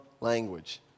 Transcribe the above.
language